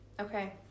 okay